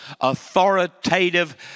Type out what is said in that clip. authoritative